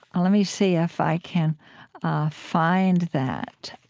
let me see if i can find that